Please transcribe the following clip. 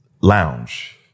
lounge